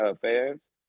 fans